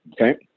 okay